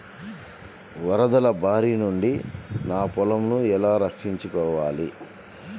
వరదల భారి నుండి నా పొలంను ఎలా రక్షించుకోవాలి?